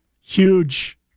huge